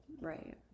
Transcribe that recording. Right